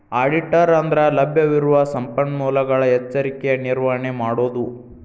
ಆಡಿಟರ ಅಂದ್ರಲಭ್ಯವಿರುವ ಸಂಪನ್ಮೂಲಗಳ ಎಚ್ಚರಿಕೆಯ ನಿರ್ವಹಣೆ ಮಾಡೊದು